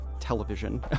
television